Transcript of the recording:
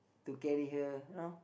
to carry her